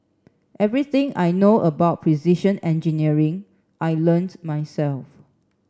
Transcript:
everything I know about precision engineering I learnt myself